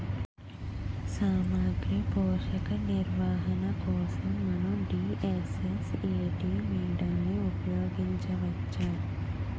సామాగ్రి పోషక నిర్వహణ కోసం మనం డి.ఎస్.ఎస్.ఎ.టీ మోడల్ని ఉపయోగించవచ్చా?